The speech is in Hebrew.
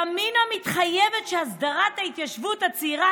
ימינה מתחייבת שהסדרת ההתיישבות הצעירה